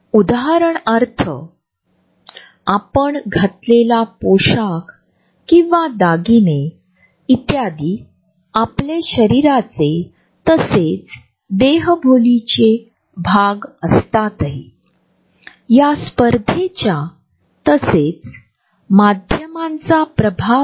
उदाहरणार्थ जेव्हा आपण ट्रेनमध्ये प्रवास करत असतो बसमध्ये किंवा इतर कोणत्याही ऑटोमोबाईलमध्ये ज्यांना आपण ओळखत नाही अशा लोकांना आपल्याबरोबर तेच स्थान सामायिक करावे लागते